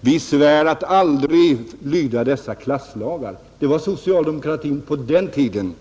Vi svär att aldrig lyda dessa klasslagar. Det var socialdemokraterna på den tiden.